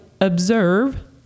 observe